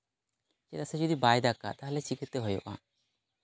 ᱪᱮᱫᱟᱜ ᱥᱮ ᱡᱩᱫᱤ ᱵᱟᱭ ᱫᱟᱜᱟ ᱛᱟᱦᱚᱞᱮ ᱪᱤᱠᱟᱹᱛᱮ ᱦᱩᱭᱩᱜᱼᱟ